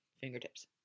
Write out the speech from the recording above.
Fingertips